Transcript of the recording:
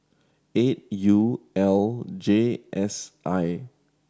eight U L J S I